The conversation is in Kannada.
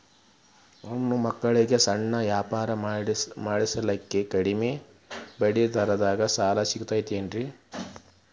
ಹೆಣ್ಣ ಮಕ್ಕಳಿಗೆ ಸಣ್ಣ ವ್ಯಾಪಾರ ಮಾಡ್ಲಿಕ್ಕೆ ಕಡಿಮಿ ಬಡ್ಡಿದಾಗ ಸಾಲ ಸಿಗತೈತೇನ್ರಿ?